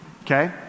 okay